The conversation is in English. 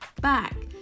back